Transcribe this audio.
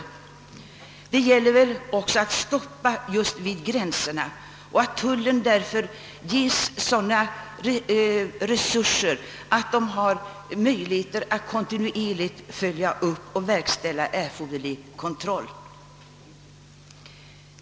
Det gäller också att stoppa handeln vid gränserna, varför tullen måste ges sådana resurser att den får möjligheter att kontinuerligt följa upp den illegala trafiken och att verkställa erforderlig kontroll.